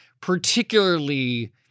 particularly